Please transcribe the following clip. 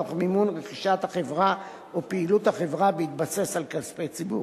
תוך מימון רכישת החברה או פעילות החברה בהתבסס על כספי ציבור.